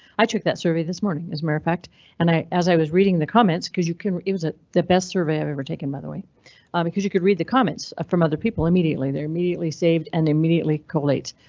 i took that survey this morning is more effect and i as i was reading the comments cause you can, it was the best survey i've ever taken, by the way because you could read the comments from other people immediately. they're immediately saved and immediately collates.